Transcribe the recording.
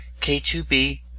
K2B